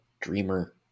dreamer